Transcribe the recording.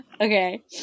Okay